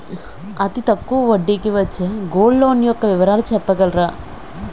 అతి తక్కువ వడ్డీ కి వచ్చే గోల్డ్ లోన్ యెక్క వివరాలు చెప్పగలరా?